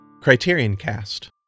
CriterionCast